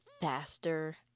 faster